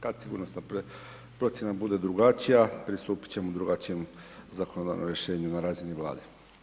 Kad sigurnosna procjena bude drugačija, pristupit ćemo drugačijem zakonodavnom rješenju na razini Vlade.